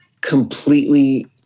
completely